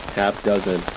half-dozen